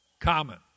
common